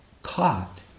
Caught